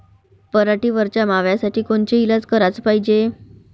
पराटीवरच्या माव्यासाठी कोनचे इलाज कराच पायजे?